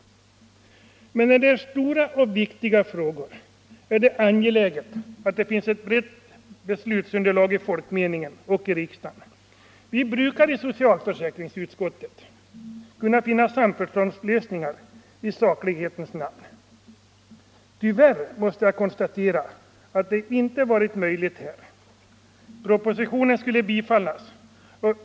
I stora och viktiga frågor är det angeläget att det finns ett brett beslutsunderlag i folkmeningen och i riksdagen. Vi brukar i socialförsäkringsutskottet kunna finna samförståndslösningar i saklighetens namn. Tyvärr måste jag konstatera att det inte varit möjligt här. Propositionen skulle bifallas.